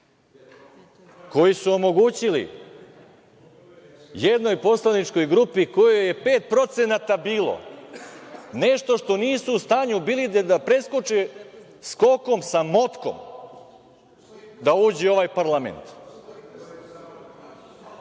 koji su omogućili jednoj poslaničkoj grupi, kojoj je 5% bilo, nešto što nisu u stanju bili ni da preskoče skokom sa motkom, da uđu u ovaj parlament.